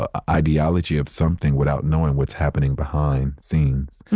ah ideology of something without knowing what's happening behind scenes.